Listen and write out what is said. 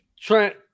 Trent